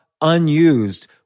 unused